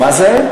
מה זה?